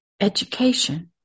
education